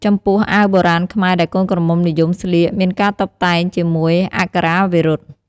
ចំពោះអាវបុរាណខ្មែរដែលកូនក្រមុំនិយមស្លៀកមានការតុបតែងជាមួយអក្ខរាវិរុទ្ធ។